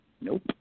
Nope